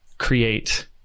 create